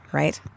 right